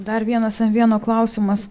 dar vienas m vieno klausimas